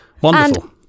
Wonderful